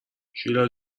شیلا